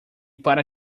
para